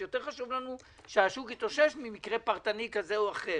יותר חשוב לנו שהשוק יתאושש ממקרה פרטני כזה או אחר